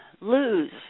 lose